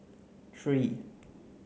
three